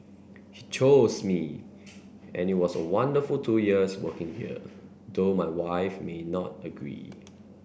he chose me and it was a wonderful two years working here though my wife may not agree